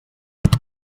tots